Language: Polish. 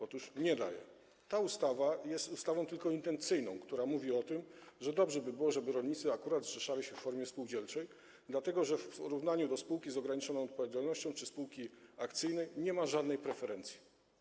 Otóż nie daje, jako że ta ustawa jest ustawą tylko intencyjną, która mówi o tym, że dobrze by było, żeby rolnicy akurat zrzeszali się w formie spółdzielczej, a w porównaniu ze spółką z ograniczoną odpowiedzialnością czy spółką akcyjną nie ma tu żadnej preferencji.